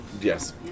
Yes